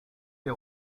les